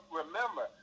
remember